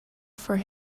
for